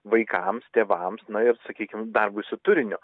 vaikams tėvams ir sakykim darbui su turiniu